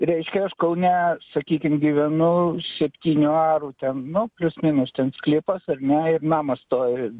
reiškia aš kaune sakykim gyvenu septynių arų ten nu plius minus ten sklypas ar ne ir namas stovi